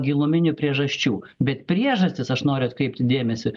giluminių priežasčių bet priežastys aš noriu atkreipti dėmesį